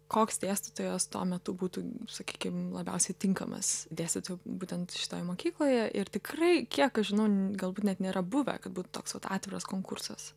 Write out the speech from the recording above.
koks dėstytojas tuo metu būtų sakykim labiausiai tinkamas dėstyti būtent šitoje mokykloje ir tikrai kiek žinau galbūt net nėra buvę kad būtų toks vat atviras konkursas